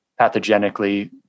pathogenically